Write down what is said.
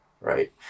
right